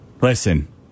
listen